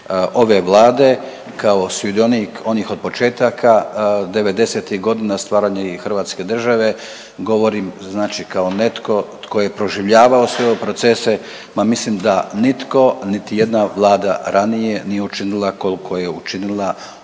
ove Vlade kao sudionik onih od početaka '90. godina stvaranja i hrvatske države. Govorim znači kao netko tko je proživljavao sve ove procese, ma mislim da nitko niti jedna vlada ranije nije učinila koliko je učinila ova